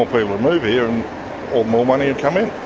would move here and more money would come in.